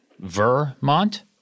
Vermont